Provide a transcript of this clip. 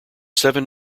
seven